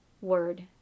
word